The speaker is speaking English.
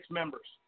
members